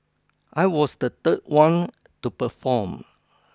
I was the third one to perform